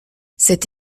cette